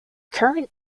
current